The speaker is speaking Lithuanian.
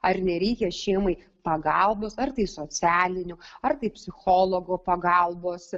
ar nereikia šeimai pagalbos ar tai socialinių ar taip psichologo pagalbos